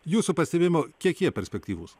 jūsų pastebėjimu kiek jie perspektyvūs